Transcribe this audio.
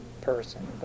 person